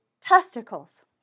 testicles